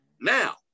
Now